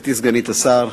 גברתי סגנית השר.